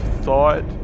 thought